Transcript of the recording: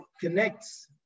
connects